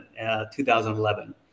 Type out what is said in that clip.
2011